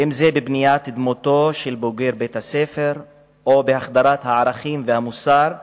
אם זה בבניית דמותו של בוגר בית-הספר או בהחדרת הערכים והמוסר הישר,